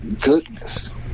goodness